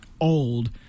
old